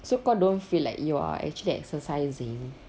so kau don't feel like you are actually exercising